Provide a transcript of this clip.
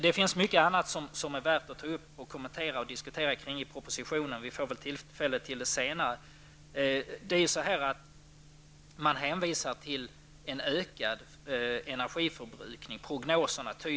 Det finns mycket annat som är värt att diskutera om propositionen. Vi får tillfälle att göra det senare. Prognoserna tyder på en ökad energiförbrukning.